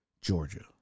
Georgia